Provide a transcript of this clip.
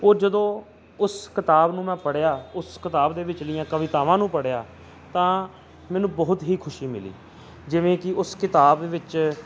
ਉਹ ਜਦੋਂ ਉਸ ਕਿਤਾਬ ਨੂੰ ਮੈਂ ਪੜ੍ਹਿਆ ਉਸ ਕਿਤਾਬ ਦੇ ਵਿਚਲੀਆਂ ਕਵਿਤਾਵਾਂ ਨੂੰ ਪੜ੍ਹਿਆ ਤਾਂ ਮੈਨੂੰ ਬਹੁਤ ਹੀ ਖੁਸ਼ੀ ਮਿਲੀ ਜਿਵੇਂ ਕਿ ਉਸ ਕਿਤਾਬ ਵਿੱਚ